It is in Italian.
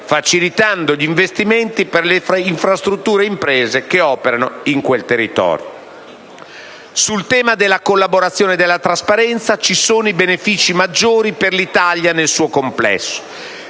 facilitando gli investimenti per infrastrutture e imprese che operano in quel territorio. Sul tema della collaborazione e della trasparenza ci sono i benefici maggiori per l'Italia nel suo complesso;